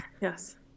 Yes